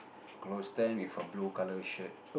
clothes stand with a blue colour shirt